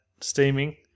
steaming